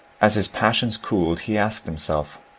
as his passions cooled, he asked himself.